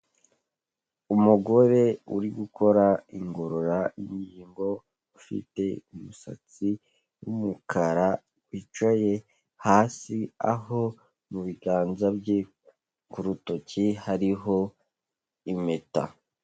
Umugore uri gukora ingorangingo ufite umusatsi w'umukara wicaye hasi, aho mu biganza bye ku rutoki hariho impeta.